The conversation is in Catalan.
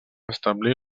establir